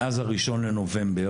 מאז ה-1 לנובמבר,